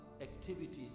activities